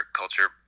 culture